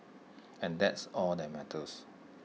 and that's all that matters